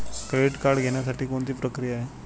Credit card घेण्यासाठी कोणती प्रक्रिया आहे?